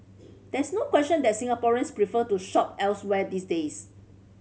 there is no question that Singaporeans prefer to shop elsewhere these days